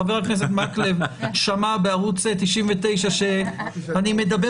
חבר הכנסת מקלב שמע בערוץ 99 שאני מדבר